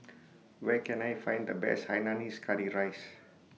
Where Can I Find The Best Hainanese Curry Rice